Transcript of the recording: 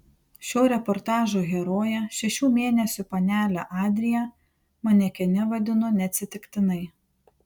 šio reportažo heroję šešių mėnesių panelę adriją manekene vadinu neatsitiktinai